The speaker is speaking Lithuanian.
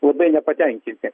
labai nepatenkinti